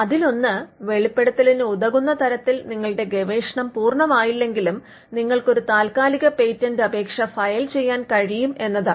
അതിലൊന്ന് വെളിപ്പെടുത്തലിനുതകുന്ന തരത്തിൽ നിങ്ങളുടേ ഗവേഷണം പൂർണ്ണമായില്ലെങ്കിലും നിങ്ങൾക്ക് ഒരു താൽക്കാലിക പേറ്റൻറ് അപേക്ഷ ഫയൽ ചെയ്യാൻ കഴിയും എന്നതാണ്